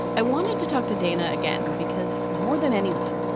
i wanted to talk to dana again, because more than anyone,